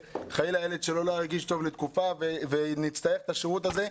שחלילה הילד שלו לא ירגיש טוב לתקופה ונצטרך את השירות הזה.